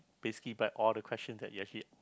basically by all the questions that we actually